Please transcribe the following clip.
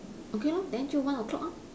okay lor then jiu one o-clock lor